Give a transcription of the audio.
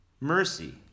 Mercy